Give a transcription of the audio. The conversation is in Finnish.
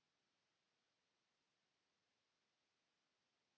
Kiitos.